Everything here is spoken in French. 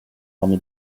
parmi